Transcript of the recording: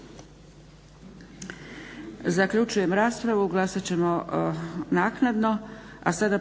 Zaključujem raspravu. Glasat ćemo naknadno.